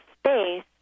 space